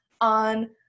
on